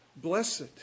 Blessed